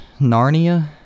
Narnia